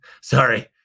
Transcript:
Sorry